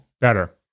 Better